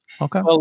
Okay